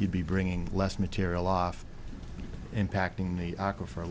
you'd be bringing less material off impacting the aquifer